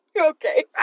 Okay